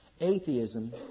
Atheism